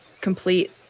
complete